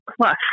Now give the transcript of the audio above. plus